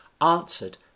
answered